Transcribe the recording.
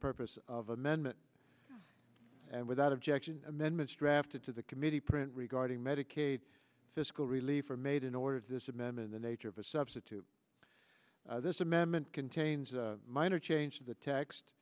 purpose of amendment and without objection amendments drafted to the committee print regarding medicaid fiscal relief are made in order to this amendment the nature of a substitute this amendment contains a minor change of the text